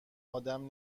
آدم